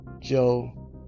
Joe